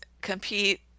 compete